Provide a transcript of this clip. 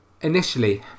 Initially